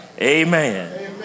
Amen